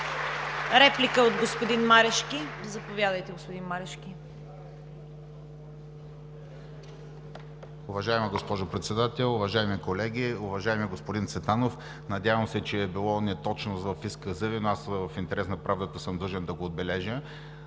Реплика от господин Марешки. Заповядайте, господин Марешки.